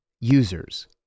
Users